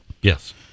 Yes